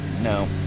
No